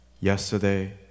yesterday